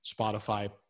Spotify